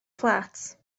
fflat